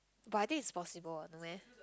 but I think is possible ah no meh